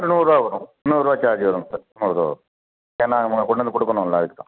நூறுரூவா வரும் நூறுரூவா சார்ஜு வருங்க சார் நூறுரூவா வரும் ஏன்னா அவங்க கொண்டு வந்து கொடுக்கணுல்ல அதுக்கு தான்